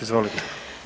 Izvolite.